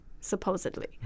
supposedly